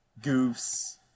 goofs